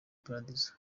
paradizo